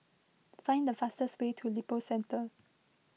find the fastest way to Lippo Centre